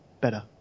better